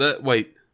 Wait